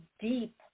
deep